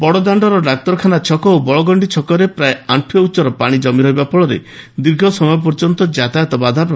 ବଡଦାଶ୍ତର ବଡଡାକ୍ତର ଖାନା ଛକ ଏବଂ ବଳଗଣ୍ଡି ଛକରେ ପ୍ରାୟ ଆଶ୍ବୁଏ ଉଚ୍ଚର ପାଣି ଜମି ରହିବା ପଳରେ ଦୀର୍ଘ ସମୟ ପର୍ଯ୍ୟନ୍ତ ଯାତାୟତ ବାଧାପ୍ର